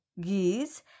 geese